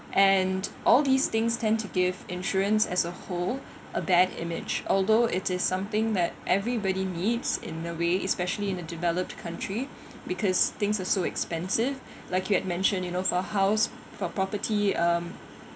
and all these things tend to give insurance as a whole a bad image although it is something that everybody needs in a way especially in the developed country because things are so expensive like you had mentioned you know for house for property um